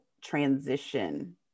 transition